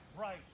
right